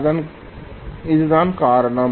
அதுதான் காரணம்